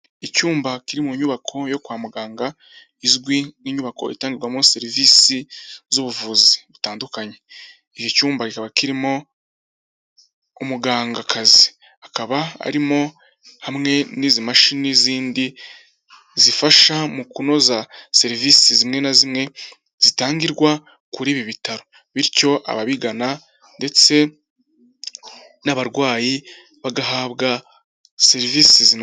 Icyumba kiri mu nyubako yo kwa muganga izwi nk'inyubako itangirwamo serivisi z'ubuvuzi butandukanye. Iki cyumba kikaba kirimo umugangakazi akaba arimo hamwe n'izi mashini n'izindi zifasha mu kunoza serivisi zimwe na zimwe zitangirwa kuri ibi bitaro bityo ababigana ndetse n'abarwayi bagahabwa serivisi zinoze.